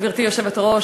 גברתי היושבת-ראש,